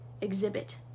exhibit